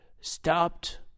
stopped